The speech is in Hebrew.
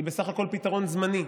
היא בסך הכול פתרון זמני,